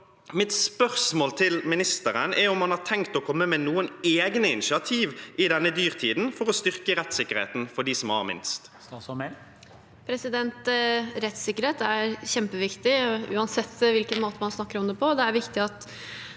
Mitt spørsmål til ministeren er om hun har tenkt å komme med noen egne initiativ i denne dyrtiden for å styrke rettssikkerheten for dem som har minst. Statsråd Emilie Mehl Rettssikkerhet er kjempeviktig uansett hvilken måte man snakker om det på.